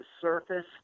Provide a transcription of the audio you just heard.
surface